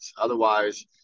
otherwise